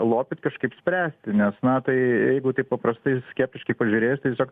lopyt kažkaip spręsti nes na tai jeigu taip paprastai skeptiškai pažiūrėjus tai tiesiog